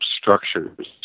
structures